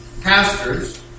pastors